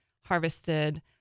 harvested